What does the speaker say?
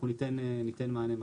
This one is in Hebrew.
אנחנו ניתן מענה מלא.